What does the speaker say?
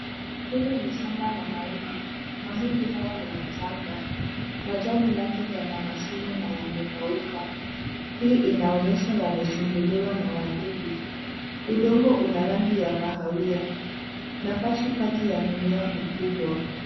Hili ni shamba la mahindi, mahindi haya ni machanga majani yake yana mashimo na yame kauka hii inaonyesha yamesumbuliwa na wadudu udongo una rangi ya kahawia nafasi kati ya mimea ni kubwa.